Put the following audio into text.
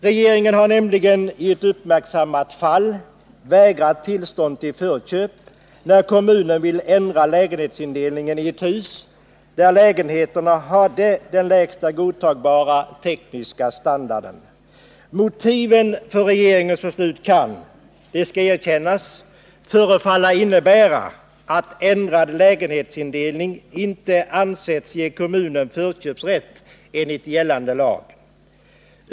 Regeringen har nämligen i ett uppmärksammat fall vägrat tillstånd till förköp när kommunen ville ändra lägenhetsindelningen i ett hus där lägenheterna hade den lägsta godtagbara tekniska standarden. Motiven för regeringens beslut kan — det skall erkännas — förefalla innebära att ändrad lägenhetsindelning inte ansetts ge kommunen förköpsrätt enligt gällande lag.